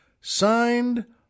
signed